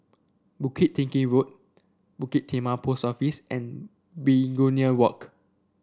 Bukit Tinggi Road Bukit Timah Post Office and Begonia Walk